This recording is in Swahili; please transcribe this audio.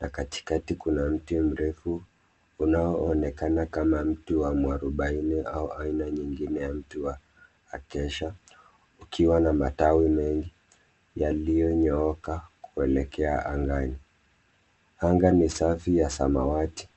na katikati kuna mti mrefu unaonekana kama mti wa mwarubaini au aina nyingine wa mti wa acacia ukiwa na matawi mengi ,yaliyonyooka kuelekea angani. Anga ni safi ya samawati.